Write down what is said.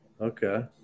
Okay